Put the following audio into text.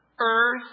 Earth